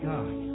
God